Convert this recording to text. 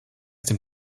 dem